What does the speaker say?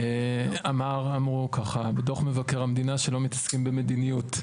אמר לנו דוח מבקר המדינה שלא מתעסקים במדיניות,